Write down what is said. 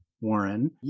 Warren